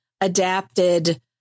adapted